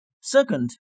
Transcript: Second